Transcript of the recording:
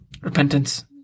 Repentance